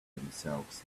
themselves